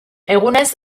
egunez